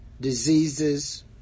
diseases